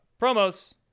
promos